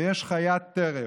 ויש חיית טרף,